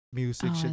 music